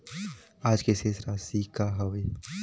आज के शेष राशि का हवे?